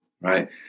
Right